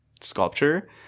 sculpture